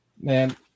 Man